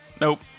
Nope